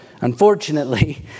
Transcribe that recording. Unfortunately